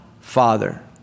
father